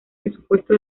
presupuesto